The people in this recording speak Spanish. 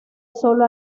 solo